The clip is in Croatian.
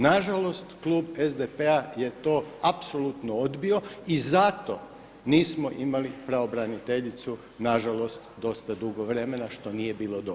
Na žalost klub SDP-a je to apsolutno odbio i zato nismo imali pravobraniteljicu na žalost dosta dugo vremena što nije bilo dobro.